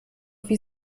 wie